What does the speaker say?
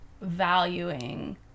valuing